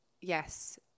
yes